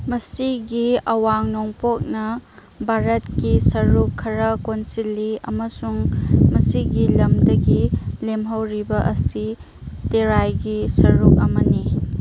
ꯃꯁꯤꯒꯤ ꯑꯋꯥꯡ ꯅꯣꯡꯄꯣꯛꯅ ꯚꯥꯔꯠꯀꯤ ꯁꯔꯨꯛ ꯈꯔ ꯀꯣꯟꯁꯤꯜꯂꯤ ꯑꯃꯁꯨꯡ ꯃꯁꯤꯒꯤ ꯂꯝꯗꯒꯤ ꯂꯦꯝꯍꯧꯔꯤꯕ ꯑꯁꯤ ꯇꯦꯔꯥꯏꯒꯤ ꯁꯔꯨꯛ ꯑꯃꯅꯤ